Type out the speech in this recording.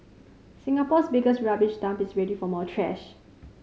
Singapore's biggest rubbish dump is ready for more trash